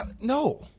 No